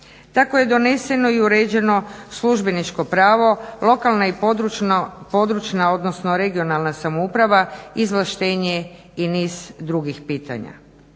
Tako je doneseno i uređeno službeničko pravo, lokalna i područna odnosno regionalna samouprava, izvlaštenje i niz drugih pitanja.